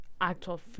actual